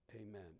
Amen